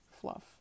fluff